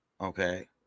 Okay